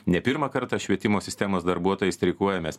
ne pirmą kartą švietimo sistemos darbuotojai streikuoja mes